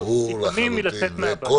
לפעמים מלצאת מהבית.